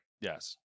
Yes